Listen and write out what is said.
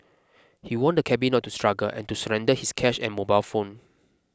he warned the cabby not to struggle and to surrender his cash and mobile phone